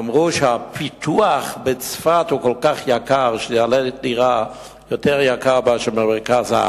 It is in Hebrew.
אמרו שהפיתוח בצפת הוא כל כך יקר שדירה תעלה יותר מאשר במרכז הארץ.